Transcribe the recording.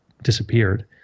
disappeared